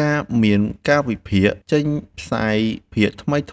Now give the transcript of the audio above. ការមានកាលវិភាគចេញផ្សាយភាគថ្មីៗ